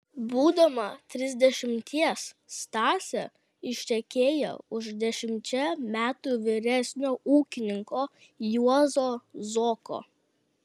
būdama trisdešimties stasė ištekėjo už dešimčia metų vyresnio ūkininko juozo zoko